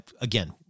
again